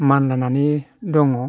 मानद्लानानै दङ